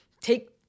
take